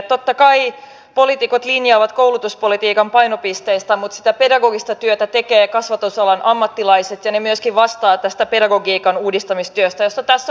totta kai poliitikot linjaavat koulutuspolitiikan painopisteitä mutta sitä pedagogista työtä tekevät kasvatusalan ammattilaiset ja he myöskin vastaavat tästä pedagogiikan uudistamistyöstä josta tässä on puhuttu paljon